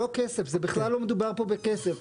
בכלל לא מדובר פה בכסף.